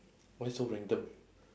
why so random